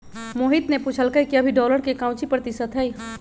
मोहित ने पूछल कई कि अभी डॉलर के काउची प्रतिशत है?